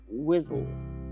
whizzle